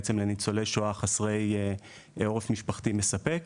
לניצולי שואה חסרי עורף משפחתי מספק.